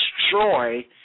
destroy